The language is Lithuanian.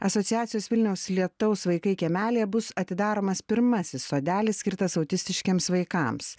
asociacijos vilniaus lietaus vaikai kiemelyje bus atidaromas pirmasis sodelis skirtas autistiškiems vaikams